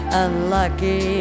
unlucky